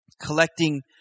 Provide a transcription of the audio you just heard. collecting